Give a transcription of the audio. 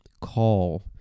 call